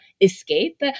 escape